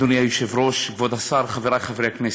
אדוני היושב-ראש, כבוד השר, חברי חברי הכנסת,